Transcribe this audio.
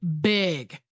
big